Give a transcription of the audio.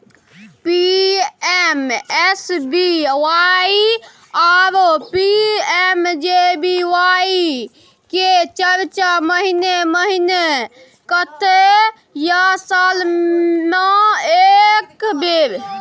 PMSBY आरो PMJBY के charge महीने महीना कटते या साल म एक बेर?